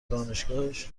دانشگاهش